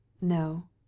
No